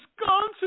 wisconsin